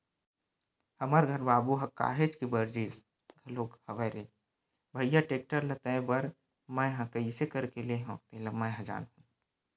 हमर घर बाबू ह काहेच के बरजिस घलोक हवय रे भइया टेक्टर ल लेय बर मैय ह कइसे करके लेय हव तेन ल मैय ह जानहूँ